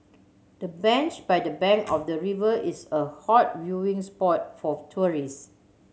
the bench by the bank of the river is a hot viewing spot for